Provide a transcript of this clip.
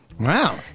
Wow